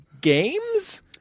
games